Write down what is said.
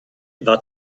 war